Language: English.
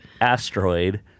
asteroid